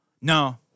No